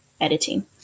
editing